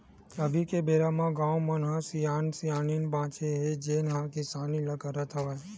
अभी के बेरा म गाँव मन म सियान सियनहिन बाचे हे जेन ह किसानी ल करत हवय